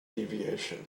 deviation